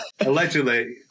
allegedly